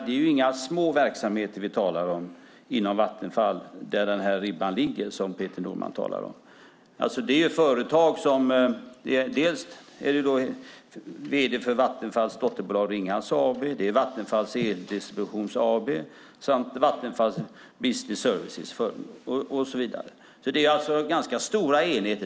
Det är inga små verksamheter vi talar om inom Vattenfall, där den ribba som Peter Norman talar om ligger. Det handlar om vd för Vattenfalls dotterbolag Ringhals AB, Vattenfall Eldistribution AB, Vattenfall Business Services Nordic AB och så vidare. Det är alltså ganska stora enheter.